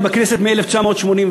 אני בכנסת מ-1981.